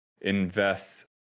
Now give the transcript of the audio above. invest